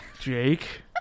Jake